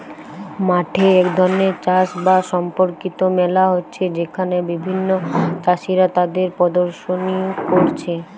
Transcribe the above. মাঠে এক ধরণের চাষ বাস সম্পর্কিত মেলা হচ্ছে যেখানে বিভিন্ন চাষীরা তাদের প্রদর্শনী কোরছে